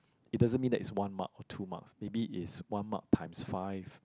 it doesn't mean that it's one mark or two marks maybe it's one mark times five